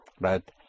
Right